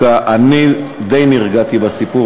אני די נרגעתי דווקא מהסיפור,